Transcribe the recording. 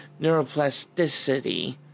neuroplasticity